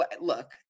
look